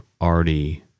already